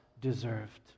deserved